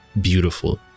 beautiful